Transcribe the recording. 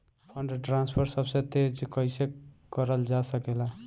Fund transfer सबसे तेज कइसे करल जा सकेला?